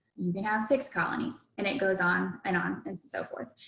you can have six colonies and it goes on and on and so forth.